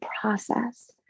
process